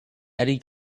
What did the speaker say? eddy